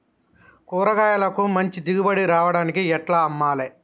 కూరగాయలకు మంచి దిగుబడి రావడానికి ఎట్ల అమ్మాలే?